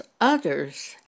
others